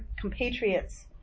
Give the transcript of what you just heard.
compatriots